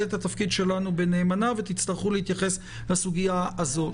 את התפקיד שלנו נאמנה ותצטרכו להתייחס לסוגיה הזאת.